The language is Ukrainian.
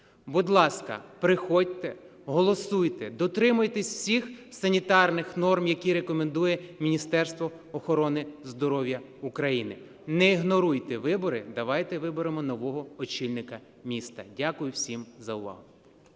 Будь ласка, приходьте, голосуйте, дотримуйтесь всіх санітарних норм, які рекомендує Міністерство охорони здоров'я України, не ігноруйте вибори, давайте виберемо нового очільника міста. Дякую всім за увагу.